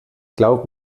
glaub